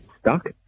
stuck